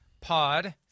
pod